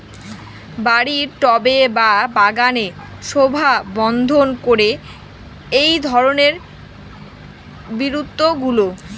বাড়ির টবে বা বাগানের শোভাবর্ধন করে এই ধরণের বিরুৎগুলো